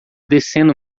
descendo